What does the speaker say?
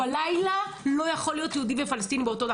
אבל בלילה לא יכול להיות שיהודי ופלסטיני יהיו באותו תא.